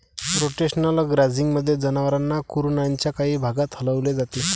rotational ग्राझिंगमध्ये, जनावरांना कुरणाच्या काही भागात हलवले जाते